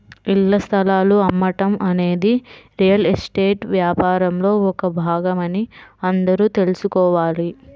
ఇళ్ల స్థలాలు అమ్మటం అనేది రియల్ ఎస్టేట్ వ్యాపారంలో ఒక భాగమని అందరూ తెల్సుకోవాలి